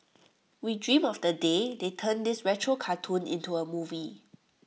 we dream of the day they turn this retro cartoon into A movie